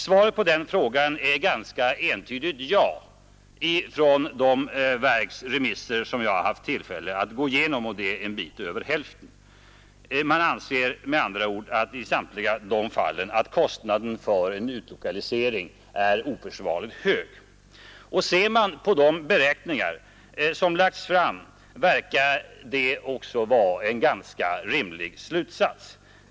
Svaret på den frågan är ett ganska entydigt ja i de verks remisser som jag har haft tillfälle att gå igenom, och det är litet över hälften. Man anser med andra ord i samtliga de fallen att kostnaden för en utlokalisering är oförsvarligt hög. Ser man på de beräkningar som lagts fram verkar det också vara en ganska rimlig slutsats.